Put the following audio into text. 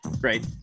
right